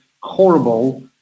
horrible